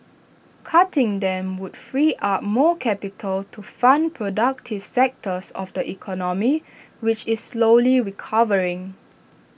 cutting them would free up more capital to fund productive sectors of the economy which is slowly recovering